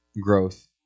growth